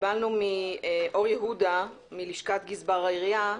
קיבלנו מאור יהודה, מלשכת גזבר העירייה,